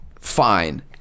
Fine